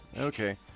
Okay